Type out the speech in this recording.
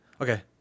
Okay